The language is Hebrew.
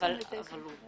אבל זה חלק.